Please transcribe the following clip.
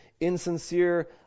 insincere